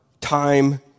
time